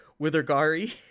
Withergari